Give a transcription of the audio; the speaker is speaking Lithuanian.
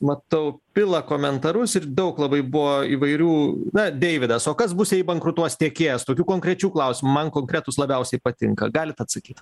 matau pila komentarus ir daug labai buvo įvairių na deividas o kas bus jei bankrutuos tiekėjas tokių konkrečių klausimų man konkretūs labiausiai patinka galit atsakyt